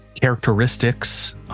Characteristics